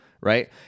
Right